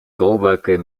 coworker